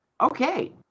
okay